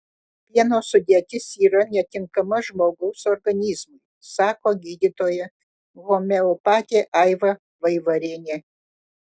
pieno sudėtis yra netinkama žmogaus organizmui sako gydytoja homeopatė aiva vaivarienė